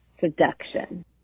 seduction